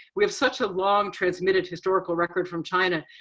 we have such a long transmitted historical record from china,